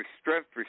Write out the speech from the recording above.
strength